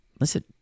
listen